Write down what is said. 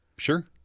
Sure